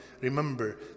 Remember